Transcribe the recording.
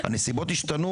הנסיבות השתנו,